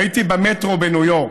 הייתי במטרו בניו יורק.